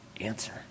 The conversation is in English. answer